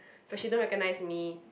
but she don't recognise me